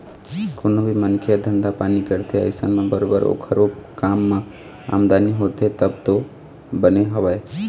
कोनो भी मनखे ह धंधा पानी करथे अइसन म बरोबर ओखर ओ काम म आमदनी होथे तब तो बने हवय